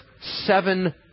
seven